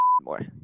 more